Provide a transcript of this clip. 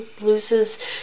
loses